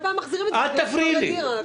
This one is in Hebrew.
אל תפריעי לי.